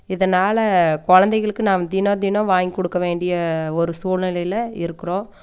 இதனால குழந்தைங்களுக்கு நான் தினம் தினம் வாங்கி கொடுக்க வேண்டிய ஒரு சூழ்நிலைல இருக்கிறோம்